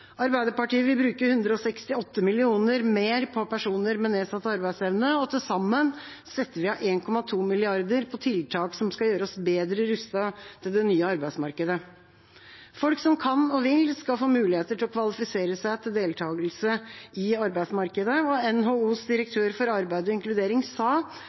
Arbeiderpartiet vil bruke 168 mill. kr mer på personer med nedsatt arbeidsevne. Til sammen setter vi av 1,2 mrd. kr til tiltak som skal gjøre oss bedre rustet til det nye arbeidsmarkedet. Folk som kan og vil, skal få muligheter til å kvalifisere seg til deltakelse i arbeidsmarkedet. NHOs direktør for arbeid og inkludering sa: